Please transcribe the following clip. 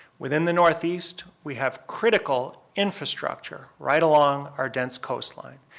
within the northeast, we have critical infrastructure right along our dense coastline.